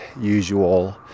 usual